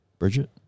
Bridget